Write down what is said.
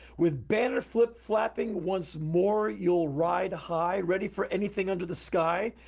with banner flip-flapping, once more you'll ride high! ready for anything under the sky.